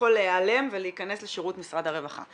כביכול להיעלם ולהיכנס לשירות משרד הרווחה.